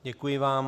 Děkuji vám.